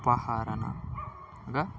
ఉదాహరణగా